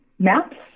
maps